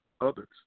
others